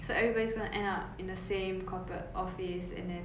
so everybody's gonna end up in a same corporate office and then